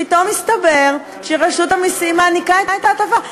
אופס, פתאום מסתבר שרשות המסים מעניקה את ההטבה.